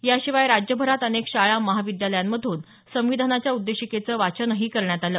याशिवाय राज्यभरात अनेक शाळा महाविद्यालयांमधून संविधानाच्या उद्देशिकेचं वाचनही करण्यात आलं